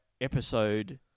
episode